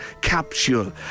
capsule